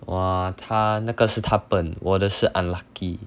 !wah! 他那个是他笨我的是 unlucky